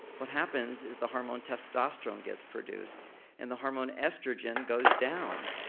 what happens is the hormone testosterone gets produced and the hormone estrogen goes down,